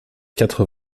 quatre